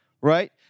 right